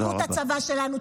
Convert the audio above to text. תחזקו את הצבא שלנו,